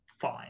fine